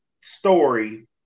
story